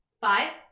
Five